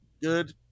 Good